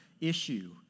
issue